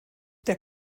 der